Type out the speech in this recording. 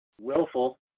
willful